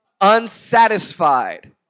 unsatisfied